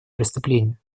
преступления